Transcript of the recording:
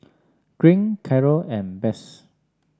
Green Carroll and Besse